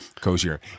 cozier